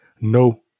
No